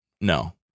no